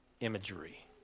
imagery